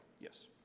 Yes